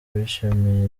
bishimiye